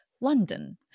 London